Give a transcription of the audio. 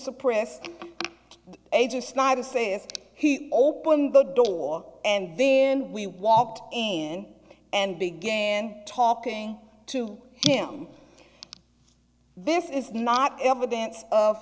suppress the age of snyder say he opened the door and then we walked in and began talking to him this is not evidence of